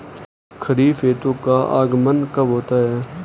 खरीफ ऋतु का आगमन कब होता है?